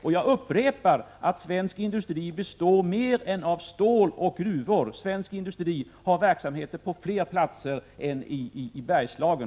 Jag upprepar att svensk industri består av mer än stål och gruvor. Svensk industri 1ar f: övrig: verksamheter 2å flera platser än i Bergslagen.